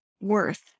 worth